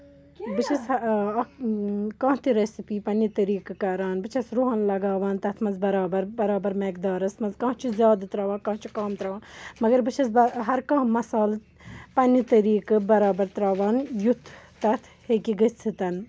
بہٕ چھَس اَکھ کانٛہہ تہٕ رٮ۪سِپی پنٛنہِ طٔریٖقہٕ کَران بہٕ چھَس رُہَن لَگاوان تَتھ منٛز بَرابَر بَرابَر مٮ۪قدارَس منٛز کانٛہہ چھِ زیادٕ ترٛاوان کانٛہہ چھُ کَم ترٛاوان مگر بہٕ چھَس بہٕ ہَر کانٛہہ مَصالہٕ پنٛنہِ طٔریٖقہٕ بَرابَر ترٛاوان یُتھ تَتھ ہیٚکہِ گٔژھِتھ